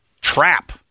trap